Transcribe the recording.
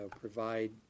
provide